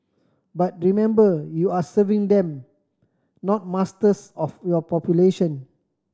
but remember you are serving them not masters of your population